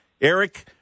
Eric